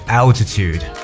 altitude